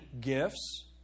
gifts